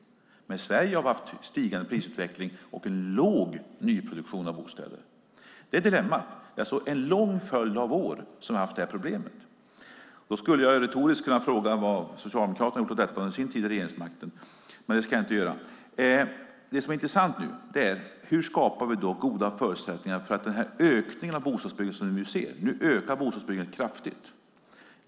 I Sverige har vi haft stigande prisutveckling och en låg nyproduktion av bostäder. Det är dilemmat. Vi har haft det problemet under en lång följd av år. Jag skulle retoriskt kunna fråga vad Socialdemokraterna har gjort åt detta under sin tid med regeringsmakten, men det ska jag inte göra. Det som nu är intressant är: Hur skapar vi goda förutsättningar för den ökning av bostadsbyggandet som vi nu ser? Nu ökar bostadsbyggandet kraftigt.